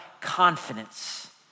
Confidence